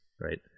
right